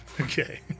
Okay